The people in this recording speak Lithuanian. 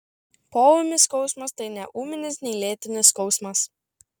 poūmis skausmas tai nei ūminis nei lėtinis skausmas